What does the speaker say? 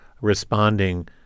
responding